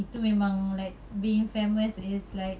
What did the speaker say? itu memang like being famous is like